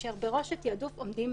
כאשר בראש התעדוף עומדים